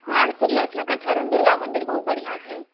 हँ आर सुनलो छियऽ कचहरीमे दुर्गा मन्दिर बहुत बढ़िया छै